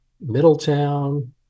Middletown